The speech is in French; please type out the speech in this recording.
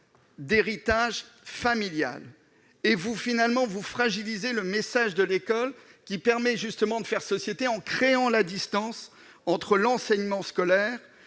héritage familial et vous fragilisez le message de l'école, qui permet justement de faire société en créant une distance entre l'enseignement scolaire